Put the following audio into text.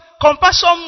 compassion